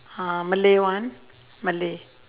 uh malay one malay